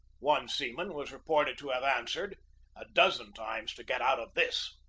one seaman was reported to have answered a dozen times to get out of this!